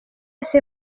ser